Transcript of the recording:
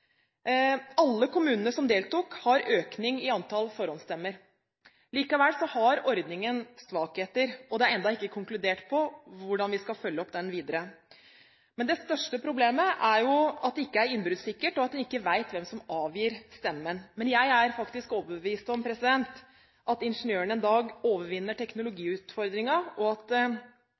Alle kommunene som deltok, har økning i antall forhåndsstemmer. Likevel har ordningen svakheter, og det er enda ikke konkludert med tanke på hvordan man skal følge den opp videre. Det største problemet er at det ikke er innbruddssikkert, og at en ikke vet hvem som avgir stemmen. Men jeg er faktisk overbevist om at ingeniørene en dag overvinner denne teknologiutfordringen. Den dagen man gjør det, og